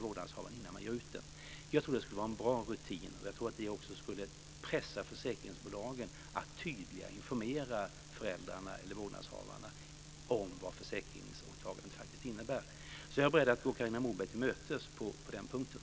Jag tror att det skulle vara en bra rutin som skulle pressa försäkringsbolagen att tydligare informera föräldrarna om vad försäkringsåtagandet faktiskt innebär. Jag är beredd att gå Carina Moberg till mötes på den punkten.